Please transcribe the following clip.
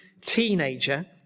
teenager